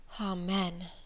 Amen